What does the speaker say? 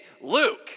Luke